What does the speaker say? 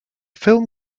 film